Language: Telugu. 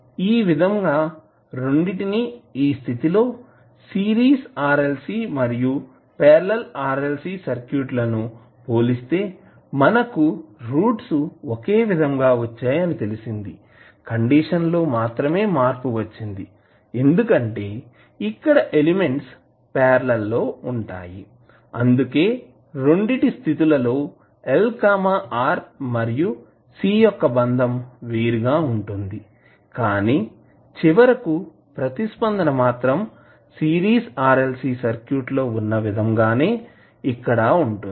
ఈ విధంగా రెండిటిని ఈ స్థితి లో సిరీస్ RLC మరియు పార్లల్ RLC సర్క్యూట్ లను పోలిస్తే మనకు రూట్స్ ఒకే విధం గా వచ్చాయి అని తెలిసింది కండిషన్ లో మాత్రమే మార్పు వచ్చింది ఎందుకంటే ఇక్కడ ఎలిమెంట్స్ పార్లల్ లో ఉంటాయి అందుకే రెండిటి స్థితులలో LR మరియు C యొక్క బంధం వేరుగా ఉంటుంది కానీ చివరకు ప్రతిస్పందన మాత్రం సిరీస్ RLC సర్క్యూట్ లో వున్నా విధం గానే ఇక్కడ ఉంటుంది